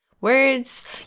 words